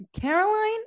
Caroline